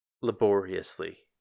Laboriously